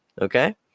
Okay